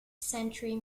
century